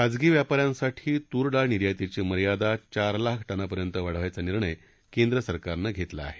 खाजगी व्यापा यांसाठी तूरडाळ निर्यातीची मर्यादा चार लाख टनापर्यंत वाढवायचा निर्णय केंद्र सरकारनं घेतला आहे